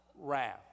wrath